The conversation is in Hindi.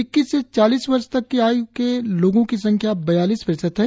इक्कीस से चालीस वर्ष तक की आय् के लोगों की संख्या बयालीस प्रतिशत है